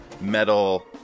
metal